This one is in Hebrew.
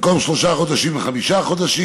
ובמשך כל השנים תמיד